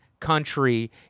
country